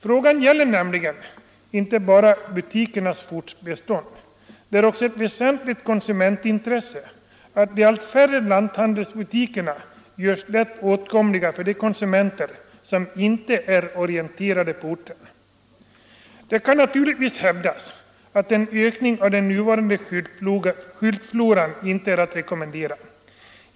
Frågan gäller nämligen inte bara butikernas fortbestånd. Det är också ett väsentligt konsumentintresse att de allt färre lanthandelsbutikerna görs lätt åtkomliga för de konsumenter som inte är orienterade på orten. Det kan naturligtvis hävdas att en ökning av den nuvarande skyltfloran inte är att rekommendera.